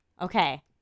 Okay